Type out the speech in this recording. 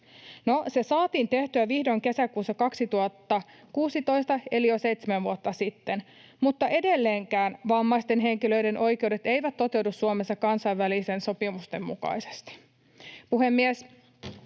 se saatiin tehtyä vihdoin kesäkuussa 2016 eli jo seitsemän vuotta sitten, mutta edelleenkään vammaisten henkilöiden oikeudet eivät toteudu Suomessa kansainvälisten sopimusten mukaisesti.